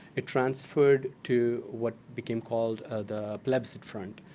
it transferred to what became called the plebiscite front.